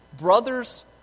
brothers